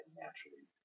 naturally